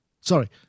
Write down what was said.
Sorry